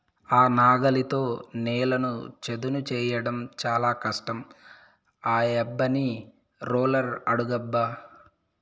ఆ నాగలితో నేలను చదును చేయడం చాలా కష్టం ఆ యబ్బని రోలర్ అడుగబ్బా